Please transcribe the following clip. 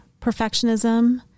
perfectionism